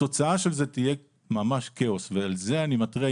התוצאה של זה תהיה ממש כאוס, ועל זה אני מתריע.